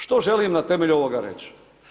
Što želim na temelju ovoga reći?